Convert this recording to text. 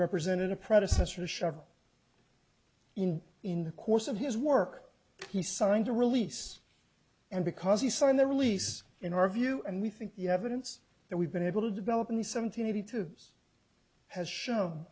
represented a predecessor to shove in the course of his work he signed a release and because he signed the release in our view and we think the evidence that we've been able to develop in the seventy two has shown